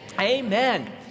Amen